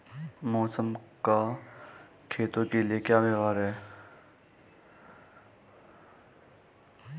मौसम का खेतों के लिये क्या व्यवहार है?